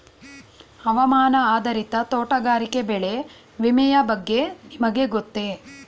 ಹವಾಮಾನ ಆಧಾರಿತ ತೋಟಗಾರಿಕೆ ಬೆಳೆ ವಿಮೆಯ ಬಗ್ಗೆ ನಿಮಗೆ ಗೊತ್ತೇ?